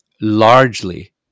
largely